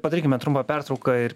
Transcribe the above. padarykime trumpą pertrauką ir